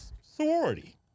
Sorority